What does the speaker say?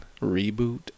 reboot